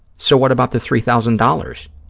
so what about the three thousand dollars,